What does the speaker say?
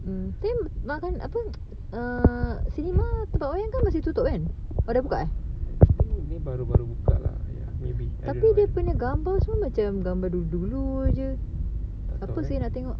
I think dia baru baru buka lah !aiya! maybe I don't know tak tahu eh